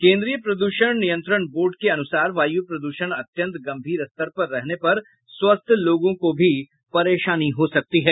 केन्द्रीय प्रद्षण नियंत्रण बोर्ड के अनुसार वायु प्रद्षण अत्यंत गंभीर स्तर पर रहने पर स्वस्थ लोगों को भी परेशानी हो सकती है